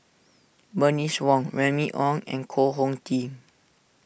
Bernice Wong Remy Ong and Koh Hong Teng